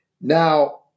Now